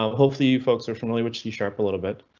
um hopefully you folks are familiar with c sharp a little bit,